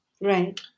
Right